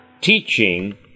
teaching